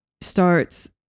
starts